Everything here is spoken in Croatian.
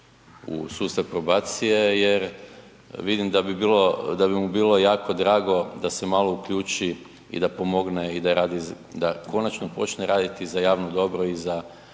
u sustav probacije jer vidim da bi bilo, da bi mu bilo jako drago da se malo uključi i da pomogne i da radi, da konačno počne raditi za javno dobro i za